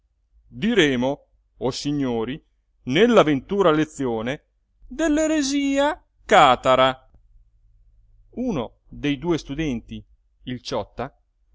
diremo o signori nella ventura lezione dell'eresia catara uno de due studenti il ciotta